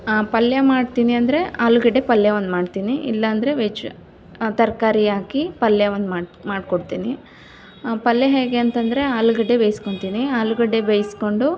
ಪಲ್ಯ ಮಾಡ್ತೀನಿ ಅಂದರೆ ಆಲೂಗಡ್ಡೆ ಪಲ್ಯ ಒಂದು ಮಾಡ್ತೀನಿ ಇಲ್ಲಂದ್ರೆ ವೆಜ್ ತರಕಾರಿ ಹಾಕಿ ಪಲ್ಯ ಒಂದು ಮಾಡಿ ಮಾಡ್ಕೊಡ್ತೀನಿ ಪಲ್ಯ ಹೇಗೆ ಅಂತಂದ್ರೆ ಆಲೂಗಡ್ಡೆ ಬೇಯ್ಸ್ಕೊಳ್ತೀನಿ ಆಲೂಗಡ್ಡೆ ಬೇಯಿಸ್ಕೊಂಡು